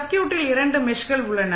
சர்க்யூட்டில் இரண்டு மெஷ்கள் உள்ளன